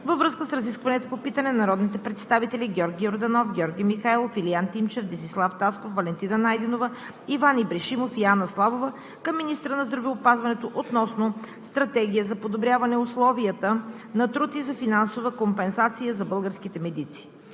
във връзка с разискването по питане на народните представители Георги Йорданов, Георги Михайлов, Илиян Тимчев, Десислав Тасков, Валентина Найденова, Иван Ибришимов и Анна Славова към министъра на здравеопазването относно Стратегия за подобряване условията на труд и за финансова компенсация за българските медици.